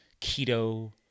keto